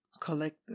collect